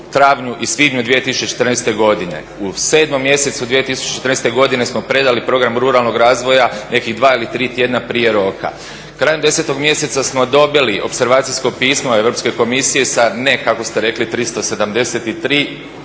u travnju i svibnju 2014. godine. U sedmom mjesecu 2014. godine smo predali Program ruralnog razvoja nekih dva ili tri tjedna prije roka. Krajem 10. mjeseca smo dobili opservacijsko pismo Europske komisije sa ne kako ste rekli 373,